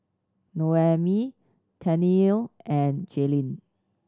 Noemi Tennille and Jaylyn